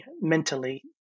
mentally